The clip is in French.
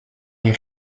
les